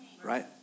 Right